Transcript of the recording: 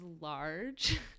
large